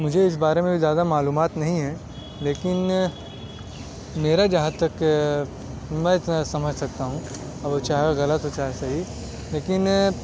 مجھے اس بارے میں زیادہ معلومات نہیں ہے لیکن میرا جہاں تک میں سمجھ سکتا ہوں اب وہ چاہے غلط ہو یا چاہے صحیح لیکن